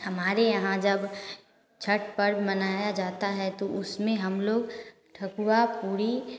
हमारे यहाँ जब छठ पर्व मनाया जाता है तो उसमें हम लोग ठकुआ पूरी